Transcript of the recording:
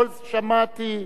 שמעתי.